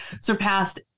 surpassed